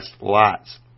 lots